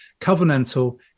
covenantal